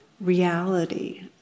reality